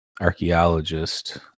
archaeologist